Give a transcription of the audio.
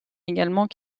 également